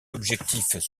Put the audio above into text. objectifs